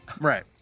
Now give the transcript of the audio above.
Right